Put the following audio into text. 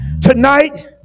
Tonight